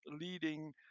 leading